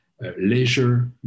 leisure